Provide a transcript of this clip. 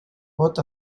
pot